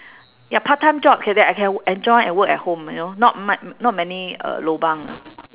ya part time job ca~ that I can enjoy and work at home you know not mu~ not many uh lobang ah